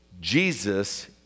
Jesus